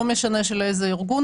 לא משנה של איזה ארגון,